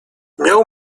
miał